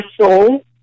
soul